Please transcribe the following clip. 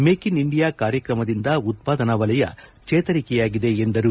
make in India ಕಾರ್ಯಕ್ರಮದಿಂದ ಉತ್ಪಾದನಾ ವಲಯ ಚೇತರಿಕೆಯಾಗಿದೆ ಎಂದರು